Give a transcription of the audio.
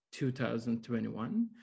2021